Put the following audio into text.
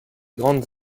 grandes